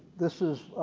this is,